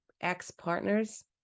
ex-partners